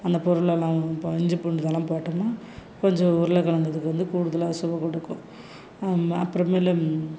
அந்த பொருளெல்லாம் இப்போ இஞ்சி பூண்டு இதெல்லாம் போட்டோம்னா கொஞ்சம் உருளக்கிழங்கு இதுக்கு வந்து கூடுதலாக சுவை கொடுக்கும் அப்புறமேலு